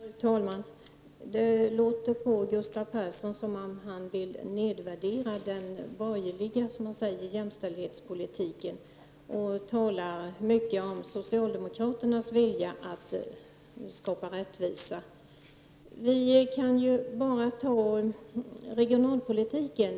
Fru talman! Det låter på Gustav Persson som om han vill nedvärdera den borgerliga jämställdhetspolitiken, och han talar mycket om socialdemokraternas vilja att skapa rättvisa. Jag kan som exempel nämna regionalpolitiken.